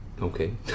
Okay